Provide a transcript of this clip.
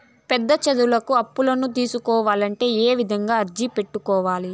పెద్ద చదువులకు అప్పులను తీసుకోవాలంటే ఏ విధంగా అర్జీ పెట్టుకోవాలి?